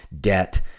debt